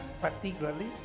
particularly